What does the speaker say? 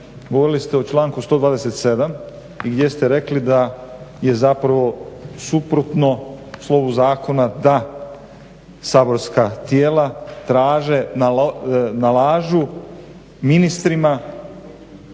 govorili ste o članku 127.i gdje ste rekli da je zapravo suprotno slovu zakona da saborska tijela nalažu ministrima